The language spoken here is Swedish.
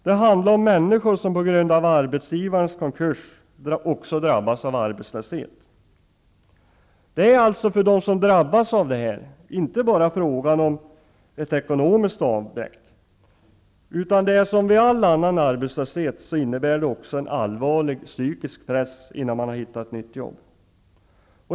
Det handlar om människor som på grund av arbetsgivarens konkurs också drabbas av arbetslöshet. Det är alltså för dem som drabbas inte bara frågan om ett ekonomiskt avbräck, utan som vid all annan arbetslöshet innebär det också en allvarlig psykisk press, innan man har hittat nytt jobb.